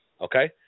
Okay